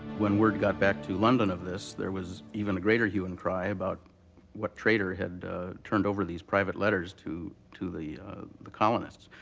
when word got back to london of this, there was even a greater hue and cry about what traitor had turned over these private letters to to the the colonists.